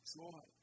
joy